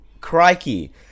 Crikey